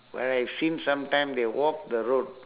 where I've seen sometime they walk the road